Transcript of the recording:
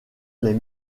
les